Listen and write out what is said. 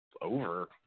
over